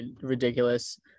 ridiculous